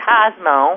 Cosmo